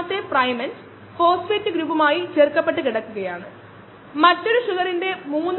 നമുക്ക് 340 ൽ അയയ്ക്കാനും 460 ആയി അളക്കാനുമുള്ള ഒരു നിയന്ത്രിത മാർഗമുണ്ട്